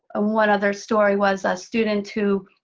ah one other story was a student who,